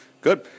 Good